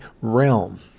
realm